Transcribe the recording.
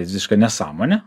visiška nesąmonė